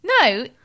No